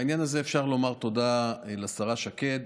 בעניין הזה אפשר לומר תודה לשרה שקד.